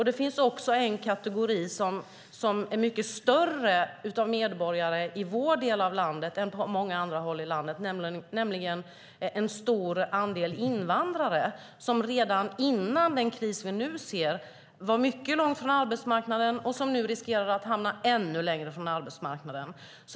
Det finns också en kategori medborgare som är mycket större i vår del av landet än på många andra håll, nämligen invandrare som redan innan den kris vi nu ser var mycket långt från arbetsmarknaden och som nu riskerar att hamna ännu längre från arbetsmarknaden.